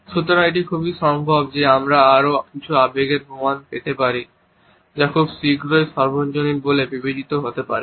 সুতরাং এটি খুব সম্ভব যে আমরা আরও কিছু আবেগের প্রমাণ পেতে পারি যা খুব শীঘ্রই সর্বজনীন বলে বিবেচিত হতে পারে